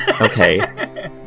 Okay